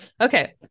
Okay